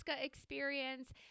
experience